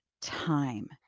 time